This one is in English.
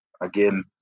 again